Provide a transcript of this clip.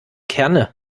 kerne